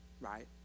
right